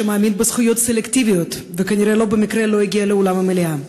שמאמין בזכויות סלקטיביות וכנראה לא במקרה לא הגיע לאולם המליאה.